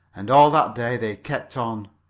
and all that day they kept on,